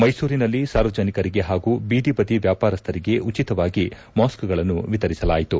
ಮೈಸೂರಿನಲ್ಲಿ ಸಾರ್ವಜನಿಕರಿಗೆ ಹಾಗೂ ಬೀದಿಬದಿ ವ್ಯಾಪಾರಸ್ವರಿಗೆ ಉಚಿತವಾಗಿ ಮಾಸ್ಕ್ಗಳನ್ನು ವಿತರಿಸಲಾಯಿತು